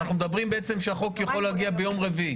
אז אנחנו מדברים בעצם שהחוק יכול להגיע ביום רביעי.